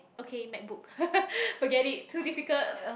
okay MacBook forget it too difficult